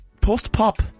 post-pop